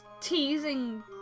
teasing